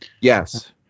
Yes